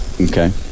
Okay